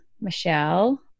Michelle